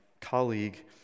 colleague